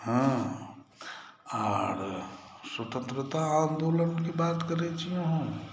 हँ आर स्वतंत्रता आंदोलनक बात करै छी अहाँ